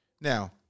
Now